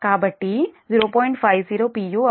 u అవుతుంది